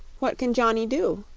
what can johnny do?